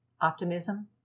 optimism